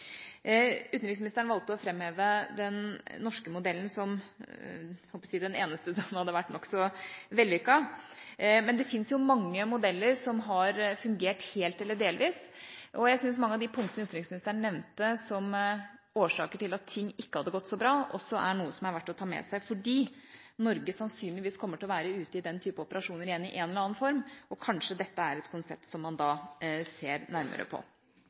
Utenriksministeren valgte å framheve den norske modellen som – jeg holdt på å si – den eneste som hadde vært nokså vellykket. Men det fins mange modeller som har fungert helt eller delvis, og jeg syns mange av de punktene utenriksministeren nevnte som årsaker til at ting ikke hadde gått så bra, er noe som er verdt å ta med seg fordi Norge sannsynligvis kommer til å være ute i den typen operasjoner igjen i en eller annen form, og kanskje dette er et konsept som man da ser nærmere på.